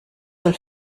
soll